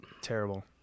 Terrible